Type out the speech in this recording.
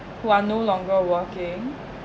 who are no longer working